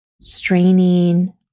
straining